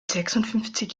sechsundfünfzig